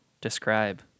describe